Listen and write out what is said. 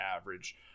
average